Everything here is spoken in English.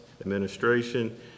administration